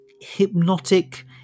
hypnotic